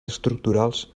estructurals